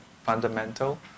fundamental